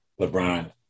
LeBron